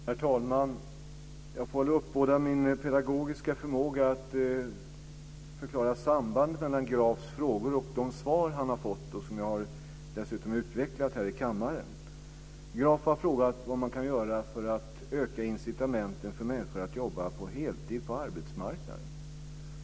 Herr talman! Jag får uppbåda min pedagogiska förmåga för att förklara sambandet mellan Grafs frågor och de svar han har fått och som jag dessutom utvecklat här i kammaren. Graf har frågat vad man kan göra för att öka incitamenten för människor att jobba på heltid på arbetsmarknaden.